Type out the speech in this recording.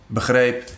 begreep